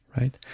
right